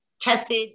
tested